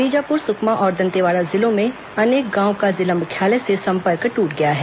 बीजाप्र सुकमा और दंतेवाड़ा जिलों में अनेक गांवों का जिला मुख्यालय से संपर्क ट्रट गया है